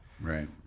Right